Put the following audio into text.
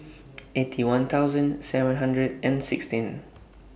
Eighty One thousand seven hundred and sixteen